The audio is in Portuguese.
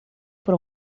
por